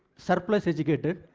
surplus educated.